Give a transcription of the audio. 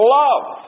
love